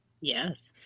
Yes